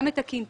גם את הקנטור,